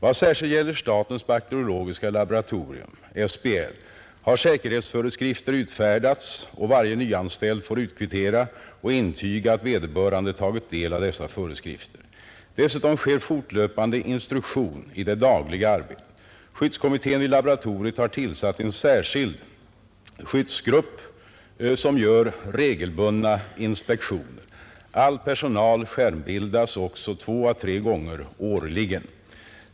Vad särskilt gäller statens bakteriologiska laboratorium har säkerhetsföreskrifter utfärdats och varje nyanställd får utkvittera och intyga att vederbörande tagit del av dessa föreskrifter. Dessutom sker fortlöpande instruktion i det dagliga arbetet. Skyddskommittén vid laboratoriet har tillsatt en särskild skyddsgrupp som gör regelbundna inspektioner. All personal skärmbildas också två å tre gånger årligen.